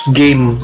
game